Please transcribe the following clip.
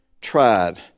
tried